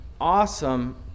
awesome